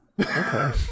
Okay